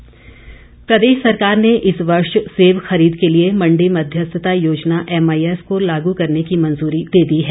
सेब खरीद प्रदेश सरकार ने इस वर्ष सेब खरीद के लिए मंडी मध्यस्थता योजना एमआईएस को लागू करने की मंजूरी दे दी है